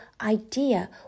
idea